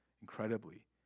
incredibly